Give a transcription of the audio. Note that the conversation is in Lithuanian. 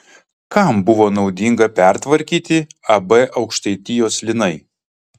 kam buvo naudinga pertvarkyti ab aukštaitijos linai